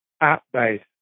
app-based